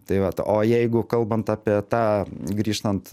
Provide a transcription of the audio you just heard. tai vat o jeigu kalbant apie tą grįžtant